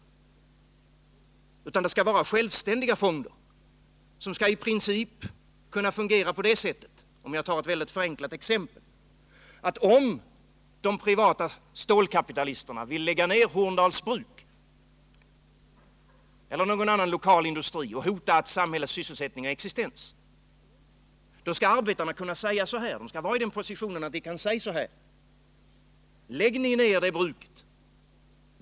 Fonderna skall i stället vara självständiga och i princip — för att ta ett förenklat exempel — fungera så att om de privata stålkapitalisterna vill lägga ner Horndals bruk eller någon annan lokal industri, så att därmed ett samhälles sysselsättning och existens hotas, så skall arbetarna kunna vara i den positionen att de kan säga: Lägg ni ner ert bruk!